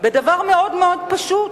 בדבר מאוד מאוד פשוט,